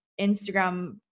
Instagram